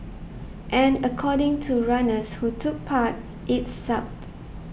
and according to runners who took part it sucked